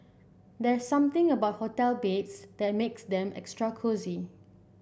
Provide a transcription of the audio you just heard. there's something about hotel beds that makes them extra cosy